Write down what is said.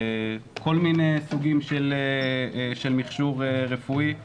כל מיני סוגים של מכשור רפואי,